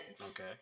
Okay